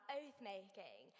oath-making